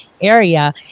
area